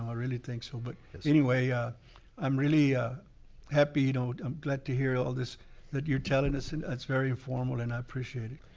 ah really think so but any way ah i'm really ah happy i'm glad to hear all this that you're telling us and that's very informal and i appreciate it.